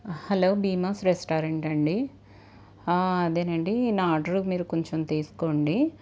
hello Bhimas రెస్టారెంటా అండి అదేనండి నా ఆర్డర్ మీరు కొంచెం తీసుకోండి